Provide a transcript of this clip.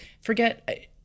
forget